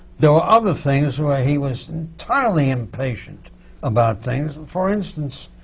there were other things where he was entirely impatient about things. and for instance,